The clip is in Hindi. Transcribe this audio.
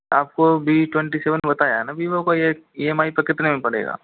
आपको वी ट्वेंटी सेवन बताया न वीवो का ये ई एम आई पे कितने में पड़ेगा